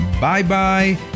bye-bye